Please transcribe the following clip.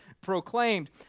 proclaimed